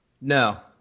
No